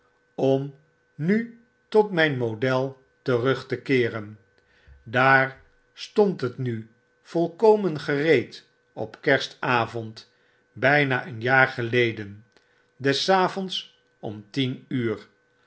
om nu tot myn model terug te keeren daar stond het nu volkomen gereed op kerstavond byna een jaar geleden des avonds om tien uur